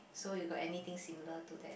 so you got anything similar to that